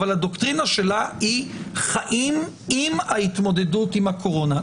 אבל הדוקטרינה היא: חיים עם ההתמודדות עם הקורונה.